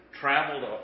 traveled